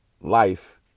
life